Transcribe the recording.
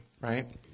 right